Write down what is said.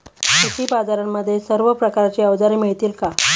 कृषी बाजारांमध्ये सर्व प्रकारची अवजारे मिळतील का?